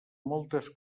moltes